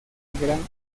gran